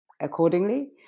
accordingly